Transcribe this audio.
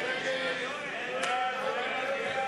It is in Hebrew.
אלקטרוני.